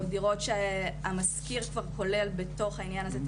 או דירות שהמשכיר כבר כולל בתוך העניין הזה,